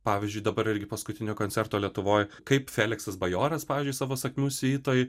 pavyzdžiui dabar irgi paskutinio koncerto lietuvoj kaip feliksas bajoras pavyzdžiui savo sakmių siuitoj